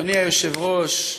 אדוני היושב-ראש,